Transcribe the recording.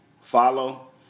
follow